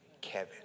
Kevin